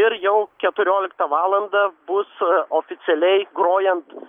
ir jau keturioliktą valandą bus oficialiai grojant